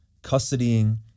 custodying